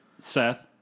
Seth